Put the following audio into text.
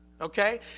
Okay